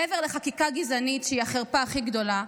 מעבר לחקיקה גזענית, שהיא החרפה הכי גדולה,